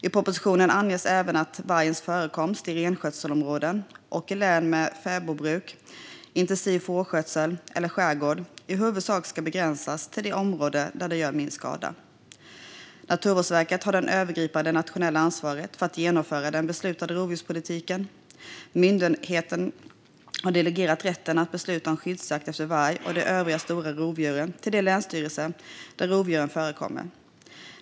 I propositionen anges även att vargens förekomst i renskötselområden och i län med fäbodbruk, intensiv fårskötsel eller skärgårdar i huvudsak ska begränsas till de områden där den gör minst skada. Naturvårdsverket har det övergripande nationella ansvaret för att genomföra den beslutade rovdjurspolitiken. Myndigheten har delegerat rätten att besluta om skyddsjakt efter varg och de övriga stora rovdjuren till de länsstyrelser där rovdjuren förekommer.